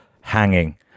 hanging